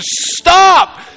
Stop